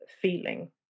feeling